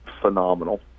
phenomenal